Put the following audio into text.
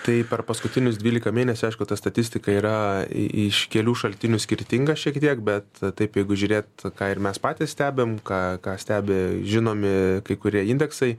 tai per paskutinius dvyliką mėnesių aišku ta statistika yra į iš kelių šaltinių skirtinga šiek tiek bet taip jeigu žiūrėt ką ir mes patys stebim ką ką stebi žinomi kai kurie indeksai